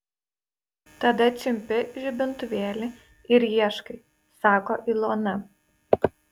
tada čiumpi žibintuvėlį ir ieškai sako ilona